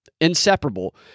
inseparable